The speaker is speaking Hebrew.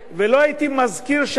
ולא הייתי מזכיר שם